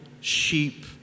sheep